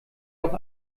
auch